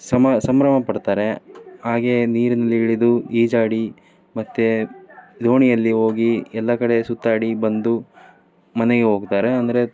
ಸಮ ಸಂಭ್ರಮಪಡ್ತಾರೆ ಹಾಗೇ ನೀರಿನಲ್ಲಿ ಇಳಿದು ಈಜಾಡಿ ಮತ್ತೆ ದೋಣಿಯಲ್ಲಿ ಹೋಗಿ ಎಲ್ಲ ಕಡೆ ಸುತ್ತಾಡಿ ಬಂದು ಮನೆಗೆ ಹೋಗ್ತಾರೆ ಅಂದರೆ